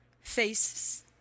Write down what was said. faces